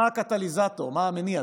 מה הקטליזטור, מה המניע.